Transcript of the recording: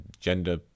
Gender